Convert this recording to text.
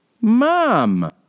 MOM